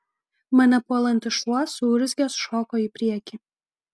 mane puolantis šuo suurzgęs šoko į priekį